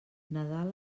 nadal